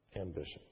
ambition